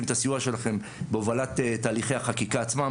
את הסיוע שלכם בהובלת תהליכי החקיקה עצמם,